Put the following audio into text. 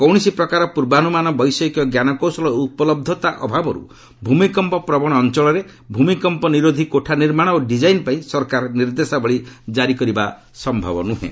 କୌଣସି ପ୍ରକାରର ପୂର୍ବାନୁମାନ ବୈଷୟିକ ଜ୍ଞାନକୌଶଳ ଉପଲହ୍ବତା ଅଭାବରୁ ଭୂମିକମ୍ପ ପ୍ରବଣ ଅଞ୍ଚଳରେ ଭୂମିକମ୍ପ ନିରୋଧି କୋଠା ନିର୍ମାଣ ଓ ଡିକାଇନ୍ ପାଇଁ ସରକାର ନିର୍ଦ୍ଦେଶାବଳୀ କାରି କରିବା ସମ୍ଭବ ନୁହେଁ